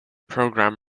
program